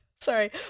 sorry